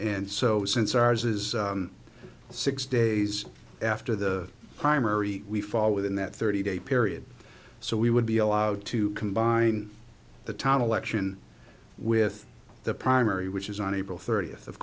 and so since ours is six days after the primary we fall within that thirty day period so we would be allowed to combine the town election with the primary which is on april thirtieth of